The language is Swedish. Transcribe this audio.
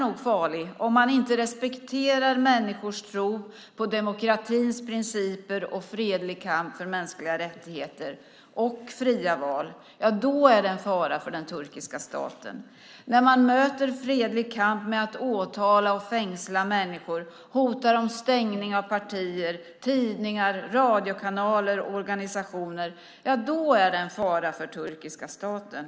Om man inte respekterar människors tro på demokratins principer och en fredlig kamp för mänskliga rättigheter och fria val är det en fara för den turkiska staten. När man möter fredlig kamp med att åtala och fängsla människor och med att hota med stängning av partier, tidningar, radiokanaler och organisationer, ja då är det en fara för den turkiska staten.